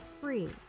free